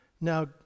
Now